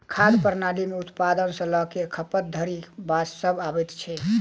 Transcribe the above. खाद्य प्रणाली मे उत्पादन सॅ ल क खपत धरिक बात सभ अबैत छै